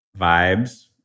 vibes